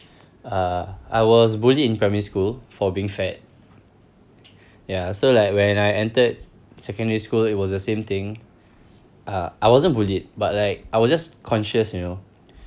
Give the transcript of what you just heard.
uh I was bullied in primary school for being fat ya so like when I entered secondary school it was the same thing uh I wasn't bullied but like I was just conscious you know